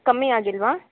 ಕಮ್ಮಿಯಾಗಿಲ್ವಾ